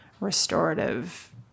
restorative